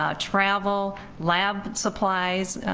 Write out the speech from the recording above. ah travel lab supplies,